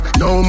no